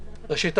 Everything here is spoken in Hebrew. ראשית,